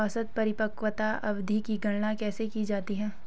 औसत परिपक्वता अवधि की गणना कैसे की जाती है?